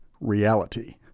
reality